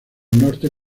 norte